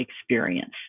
experience